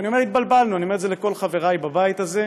ואני אומר "התבלבלנו" אני אומר את זה לכל חבריי בבית הזה,